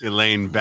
Elaine